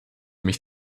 mich